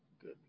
Good